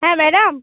হ্যাঁ ম্যাডাম